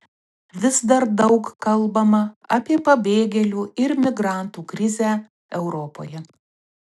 vis dar daug kalbama apie pabėgėlių ir migrantų krizę europoje